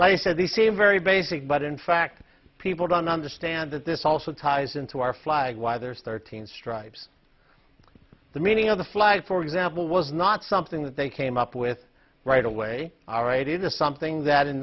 he said they say very basic but in fact people don't understand that this also ties into our flag why there's thirteen stripes the meaning of the flag for example was not something that they came up with right away all right it is something that in